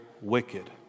wicked